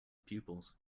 pupils